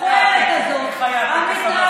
המכוערת הזאת, איך היה טקס המשואות?